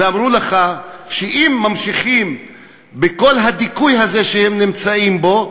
ואמרו לך שאם ממשיכים בכל הדיכוי הזה שהם נמצאים בו,